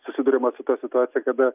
susiduriama su ta situacija kada